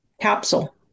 capsule